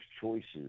choices